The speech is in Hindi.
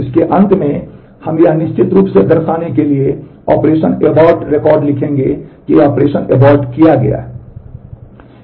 इसके अंत में हम निश्चित रूप से यह दर्शाने के लिए ऑपरेशन एबोर्ट किया गया है